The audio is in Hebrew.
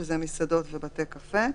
שזה מסעדות ובתי קפה,